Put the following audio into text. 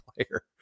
player